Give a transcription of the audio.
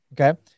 Okay